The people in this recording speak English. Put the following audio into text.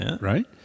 right